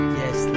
yes